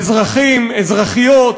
אזרחים, אזרחיות,